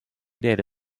data